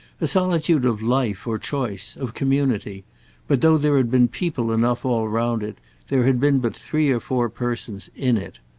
a solitude of life or choice, of community but though there had been people enough all round it there had been but three or four persons in it.